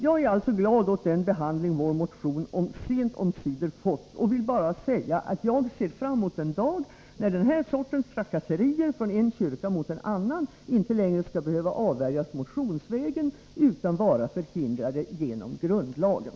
Jag är glad åt den behandling vår motion sent omsider har fått, och jag vill bara säga att jag ser fram mot den dag, när den här sortens trakasserier från en kyrka mot en annan inte längre skall behöva avvärjas motionsvägen utan vara förhindrade genom grundlagen.